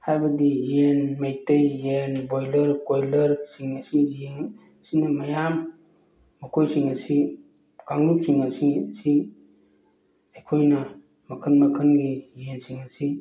ꯍꯥꯏꯕꯗꯤ ꯌꯦꯟ ꯃꯩꯇꯩ ꯌꯦꯟ ꯕꯣꯏꯂꯔ ꯀꯣꯏꯂꯔꯁꯤꯡ ꯑꯁꯤ ꯌꯦꯡꯁꯤꯡ ꯃꯌꯥꯝ ꯃꯈꯣꯏꯁꯤꯡ ꯑꯁꯤ ꯀꯥꯡꯂꯨꯞꯁꯤꯡ ꯑꯁꯤ ꯑꯩꯈꯣꯏꯅ ꯃꯈꯜ ꯃꯈꯜꯒꯤ ꯌꯦꯟꯁꯤꯡ ꯑꯁꯤ